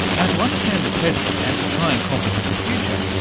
and to understand the present, and to try and comprehend the future,